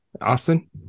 Austin